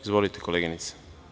Izvolite, koleginice.